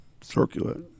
Circulate